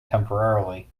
temporarily